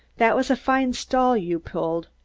that was a fine stall you pulled.